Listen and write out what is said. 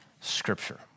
Scripture